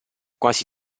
quasi